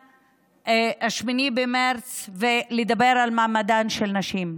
8 במרץ כדי לדבר על מעמדן של נשים.